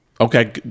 Okay